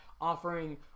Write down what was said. offering